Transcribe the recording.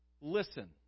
listen